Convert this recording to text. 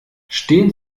stehen